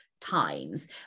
times